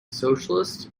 socialist